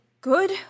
good